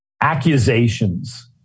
accusations